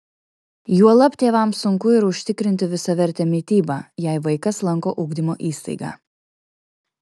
juolab tėvams sunku ir užtikrinti visavertę mitybą jei vaikas lanko ugdymo įstaigą